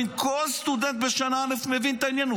כל סטודנט בשנה א' מבין את העניין,